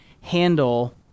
handle